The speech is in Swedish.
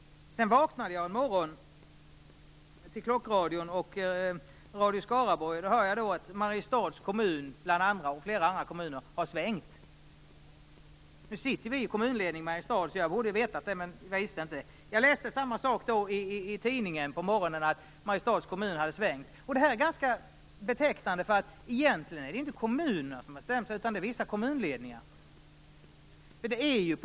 Sedan vaknade jag en morgon till klockradion och Radio Skaraborg. Då hörde jag att Mariestads kommun och flera andra kommuner hade svängt. Nu sitter vi i kommunledningen i Mariestad så jag borde ha vetat det, men jag visste det inte. Jag läste samma sak i tidningen på morgonen, att Mariestads kommun hade svängt. Detta är ganska betecknande. Egentligen är det ju inte kommunerna som har bestämt sig, utan det är vissa kommunledningar.